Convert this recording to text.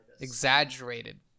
exaggerated